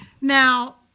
Now